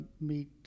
meet